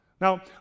Now